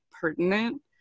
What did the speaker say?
pertinent